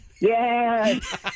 Yes